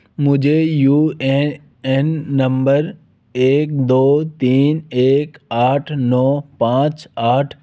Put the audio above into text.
मुझे U A N नंबर एक दो तीन एक आठ नौ पाँच आठ